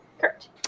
Kurt